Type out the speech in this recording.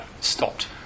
stopped